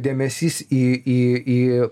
dėmesys į į į